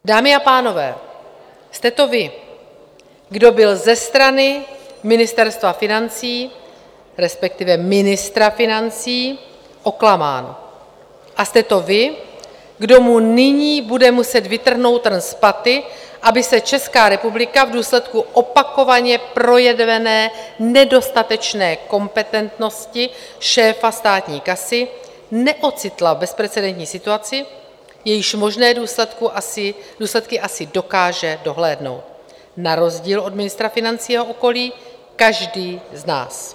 Dámy a pánové, jste to vy, kdo byl ze strany Ministerstva financí, respektive ministra financí, oklamán, a jste to vy, kdo mu nyní bude muset vytrhnout trn z paty, aby se Česká republika v důsledku opakovaně projevené nedostatečné kompetentnosti šéfa státní kasy neocitla v bezprecedentní situaci, jejíž možné důsledky asi dokáže dohlédnout na rozdíl od ministra financí a jeho okolí každý z nás.